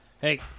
Hey